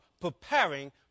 preparing